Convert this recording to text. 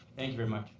thank you very much.